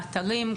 האתרים,